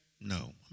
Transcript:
No